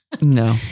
No